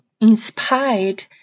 inspired